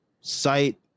site